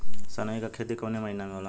सनई का खेती कवने महीना में होला?